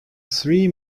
three